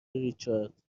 ریچارد